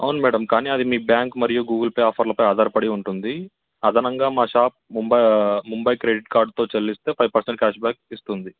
అవును మేడం కానీ అది మీ బ్యాంక్ మరియు గూగుల్పే ఆఫర్పై ఆధారపడి ఉంటుంది అదనంగా మా షాప్ ముంబై ముంబై క్రెడిట్ కార్డుతో చెల్లిస్తే ఫైవ్ పర్సెంట్ క్యాష్ బ్యాక్ ఇస్తుంది